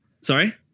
Sorry